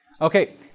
okay